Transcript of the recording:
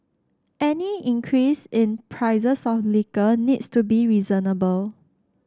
any increase in prices of liquor needs to be reasonable